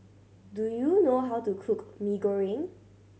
do you know how to cook Mee Goreng